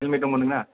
helmet दङ नोंना